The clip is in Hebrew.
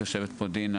ויושבת פה דינה,